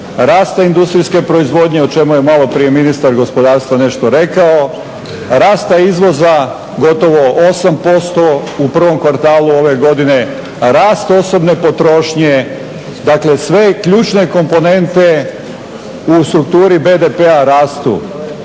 rasta industrijske proizvodnje o čemu je malo prije ministar gospodarstva nešto rekao, rasta izvoza gotovo 8% u prvom kvartalu ove godine, rast osobne potrošnje dakle sve ključne komponente u strukturi BDP-a rastu.